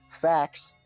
facts